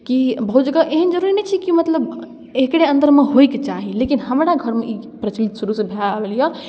कि बहुत जगह एहन जरूरी नहि छै कि मतलब एकरे अन्दरमे होइके चाही लेकिन हमरा घरमे ई प्रचलित शुरूसँ भऽ आयल यऽ